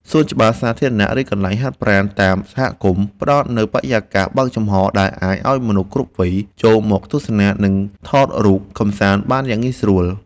សួនច្បារសាធារណៈ ឬកន្លែងហាត់ប្រាណតាមសហគមន៍ ផ្ដល់នូវបរិយាកាសបើកចំហដែលអាចឱ្យមនុស្សគ្រប់វ័យចូលមកទស្សនា និងថតរូបកម្សាន្តបានយ៉ាងងាយស្រួល។